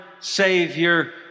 Savior